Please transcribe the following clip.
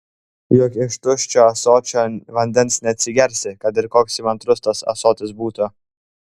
juk iš tuščio ąsočio vandens neatsigersi kad ir koks įmantrus tas ąsotis būtų